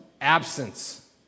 absence